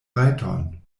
rajton